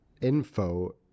info